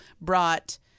brought